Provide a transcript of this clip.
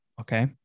okay